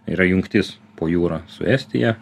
yra jungtis po jūra su estija